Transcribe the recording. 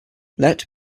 let